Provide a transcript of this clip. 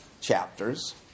chapters